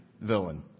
villain